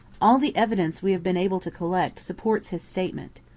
all the evidence we have been able to collect supports his statement.